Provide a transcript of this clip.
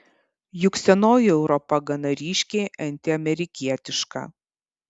juk senoji europa gana ryškiai antiamerikietiška